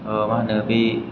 मा होनो बे